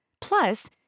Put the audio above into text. Plus